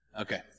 Okay